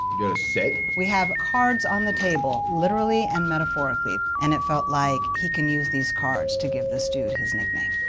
you had a set? we have cards on the table literally and metaphorically, and it felt like he can use these cards to give this dude his new nickname.